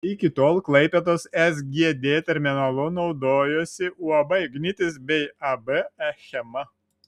iki tol klaipėdos sgd terminalu naudojosi uab ignitis bei ab achema